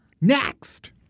Next